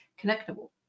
connectable